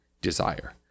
desire